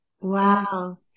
Wow